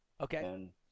Okay